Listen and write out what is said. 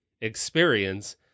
experience